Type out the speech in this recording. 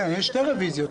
יש שתי רוויזיות.